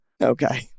okay